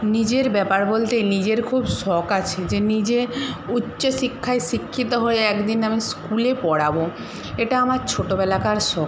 নিজের ব্যাপার বলতে নিজের খুব শখ আছে যে নিজের উচ্চশিক্ষায় শিক্ষিত হয়ে এক দিন আমি স্কুলে পড়াব এটা আমার ছোটোবেলাকার শখ